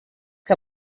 que